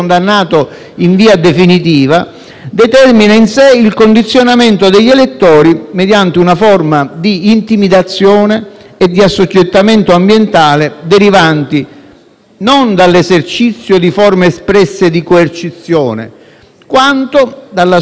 determina in sé il condizionamento degli elettori mediante una forma di intimidazione e di assoggettamento ambientale, derivanti non dall'esercizio di forme espresse di coercizione, quanto dalla sua notorietà delinquenziale,